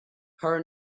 her